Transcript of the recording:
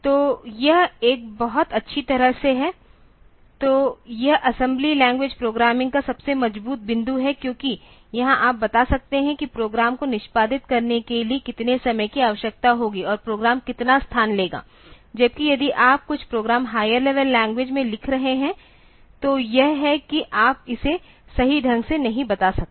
तो यह एक बहुत अच्छी तरह से है तो यह असेंबली लैंग्वेज प्रोग्रामिंग का सबसे मज़बूत बिंदु है क्योंकि यहाँ आप बता सकते है कि प्रोग्राम को निष्पादित करने के लिए कितने समय की आवश्यकता होगी और प्रोग्राम कितना स्थान लेगा जबकि यदि आप कुछ प्रोग्राम हायर लेवल लैंग्वेज में लिख रहे हैं तो यह है कि आप इसे सही ढंग से नहीं बता सकते